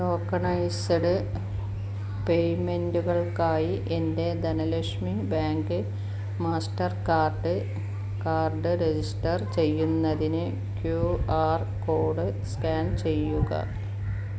tokenised പേയ്മെൻറ്റുകൾക്കായി എൻ്റെ Dhanlaxmi bank Mastercard card register ചെയ്യുന്നതിന് ക്യു ആര് കോഡ് സ്കാൻ ചെയ്യുക